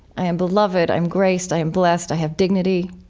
i am beloved, i'm graced, i am blessed, i have dignity,